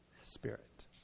spirit